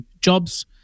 jobs